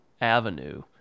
avenue